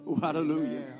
Hallelujah